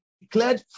declared